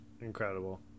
Incredible